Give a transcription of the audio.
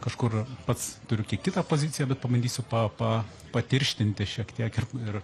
kažkur pats turiu kiek kitą poziciją bet pabandysiu pa pa patirštinti šiek tiek ir